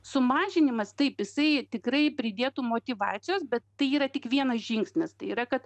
sumažinimas taip jisai tikrai pridėtų motyvacijos bet tai yra tik vienas žingsnis tai yra kad